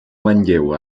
manlleu